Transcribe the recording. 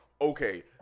okay –